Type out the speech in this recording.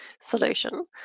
solution